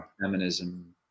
feminism